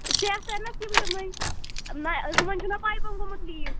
شرتنَس وۅنۍ تُمَے نہَ یِمَن چھُنا پایپَن گوٚمُت لیٖک